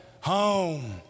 Home